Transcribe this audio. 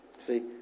See